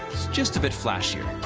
just a bit flashier.